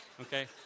okay